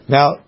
Now